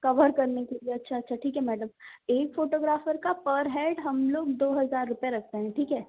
cover करने के लिए अच्छा अच्छा ठीक है मैडम एक फोटोग्राफर का पर हेड हम लोग दो हजार रुपये रखते हैं ठीक है